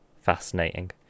fascinating